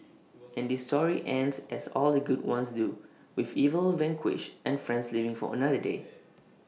and this story ends as all the good ones do with evil vanquished and friends living for another day